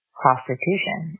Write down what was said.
prostitution